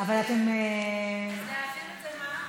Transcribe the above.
אז להעביר את זה, מה?